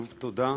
שוב תודה.